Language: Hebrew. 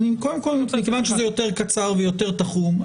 מכיוון שזה יותר קצר ויותר תחום,